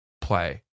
play